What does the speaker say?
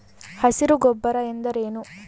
ಹಸಿರು ಗೊಬ್ಬರ ಎಂದರೇನು?